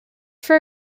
for